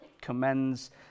commends